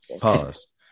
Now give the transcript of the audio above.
pause